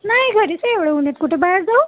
नाही घरीच आहे एवढं ऊन्ह आहे कुठं बाहेर जाऊ